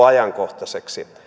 ajankohtaiseksi